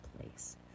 place